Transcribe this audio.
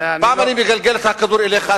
פעם אני מגלגל את הכדור אליך,